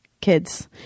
kids